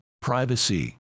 privacy